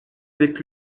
avec